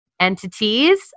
entities